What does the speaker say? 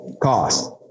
cost